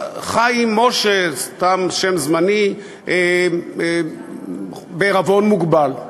חיים משה, סתם שם זמני, בעירבון מוגבל.